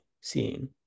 seeing